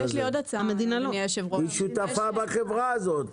היא שותפה בחברה הזאת.